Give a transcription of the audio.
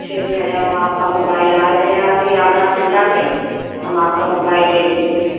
ठीक है हम आपका मोबाइल आ रहे हैं अभी आधा घंटा में हम आपका मोबाइल ले लेंगे